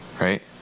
Right